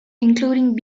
including